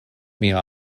mia